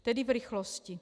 Tedy v rychlosti.